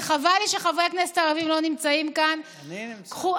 וחבל לי שחברי הכנסת הערבים לא נמצאים כאן: קחו,